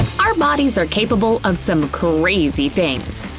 our bodies are capable of some crazy things.